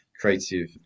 creative